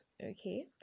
okay